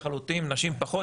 נשים פחות.